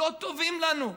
לא טובים לנו.